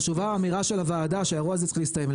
חשובה האמירה של הוועדה שהאירוע הזה צריך להסתיים,